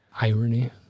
irony